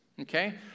okay